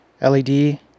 LED